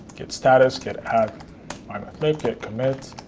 git status, git add mymathlib, git commit,